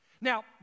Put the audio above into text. Now